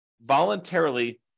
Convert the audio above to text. voluntarily